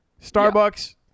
Starbucks